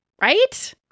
right